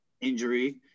injury